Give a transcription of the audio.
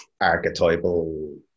archetypal